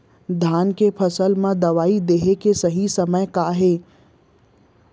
धान के फसल मा दवई देहे के सही समय का हे?